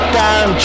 down